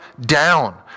down